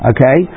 Okay